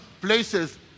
places